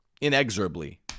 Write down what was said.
inexorably